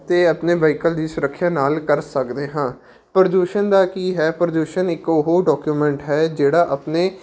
ਅਤੇ ਆਪਣੇ ਵਹੀਕਲ ਦੀ ਸੁਰੱਖਿਆ ਨਾਲ ਕਰ ਸਕਦੇ ਹਾਂ ਪ੍ਰਦੂਸ਼ਣ ਦਾ ਕੀ ਹੈ ਪ੍ਰਦੂਸ਼ਣ ਇੱਕ ਉਹ ਡਾਕੂਮੈਂਟ ਹੈ ਜਿਹੜਾ ਆਪਣੇ